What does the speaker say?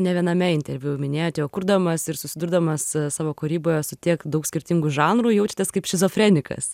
ne viename interviu minėjote jog kurdamas ir susidurdamas savo kūryboje su tiek daug skirtingų žanrų jaučiatės kaip šizofrenikas